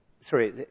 Sorry